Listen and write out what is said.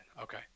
Okay